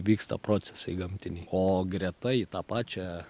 vyksta procesai gamtiniai o greta į tą pačią